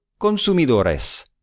Consumidores